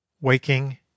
Waking